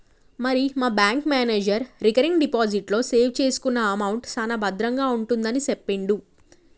మరి మా bank manager recurring deposit లో సేవ్ చేసుకున్న అమౌంట్ సాన భద్రంగా ఉంటుందని సెప్పిండు